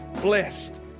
blessed